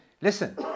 listen